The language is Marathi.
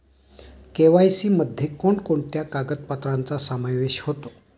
के.वाय.सी मध्ये कोणकोणत्या कागदपत्रांचा समावेश होतो?